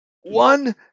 One